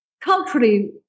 culturally